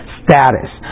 status